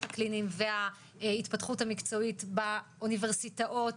הקליניים וההתפתחות המקצועית באוניברסיטאות.